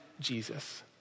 Jesus